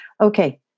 Okay